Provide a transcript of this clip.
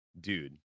dude